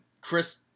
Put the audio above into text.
Chris